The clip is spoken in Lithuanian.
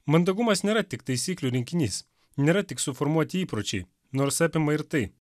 mandagumas nėra tik taisyklių rinkinys nėra tik suformuoti įpročiai nors apima ir tai